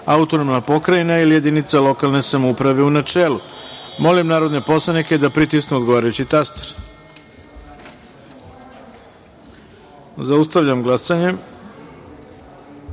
autonomna pokrajina ili jedinica lokalne samouprave, u načelu. Molim narodne poslanike da pritisnu odgovarajući taster. Zaustavljam glasanje: